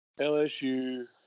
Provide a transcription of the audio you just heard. LSU